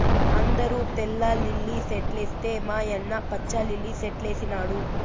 అందరూ తెల్ల లిల్లీ సెట్లేస్తే మా యన్న పచ్చ లిల్లి సెట్లేసినాడు